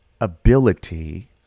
ability